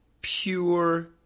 pure